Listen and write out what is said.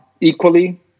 equally